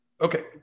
Okay